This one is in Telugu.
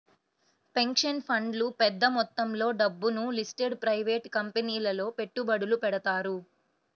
పెన్షన్ ఫండ్లు పెద్ద మొత్తంలో డబ్బును లిస్టెడ్ ప్రైవేట్ కంపెనీలలో పెట్టుబడులు పెడతారు